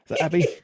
Abby